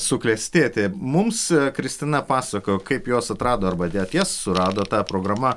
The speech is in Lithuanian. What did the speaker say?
suklestėti mums kristina pasakojo kaip jos atrado arba net jas surado ta programa